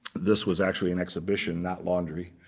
this was actually an exhibition, not laundry,